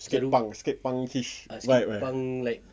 skate punk skate punk-ish vibe eh